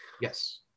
Yes